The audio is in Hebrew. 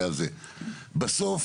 בסוף